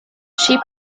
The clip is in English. she